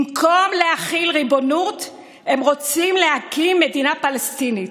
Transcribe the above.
במקום להחיל ריבונות הם רוצים להקים מדינה פלסטינית.